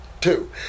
Two